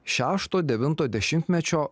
šešto devinto dešimtmečio